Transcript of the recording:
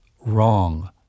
wrong